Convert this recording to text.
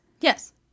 yes